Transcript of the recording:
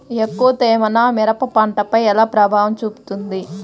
ఎక్కువ తేమ నా మిరప పంటపై ఎలా ప్రభావం చూపుతుంది?